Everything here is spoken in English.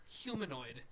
humanoid